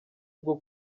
bwo